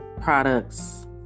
products